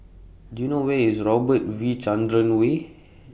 Do YOU know Where IS Robert V Chandran Way